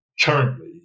currently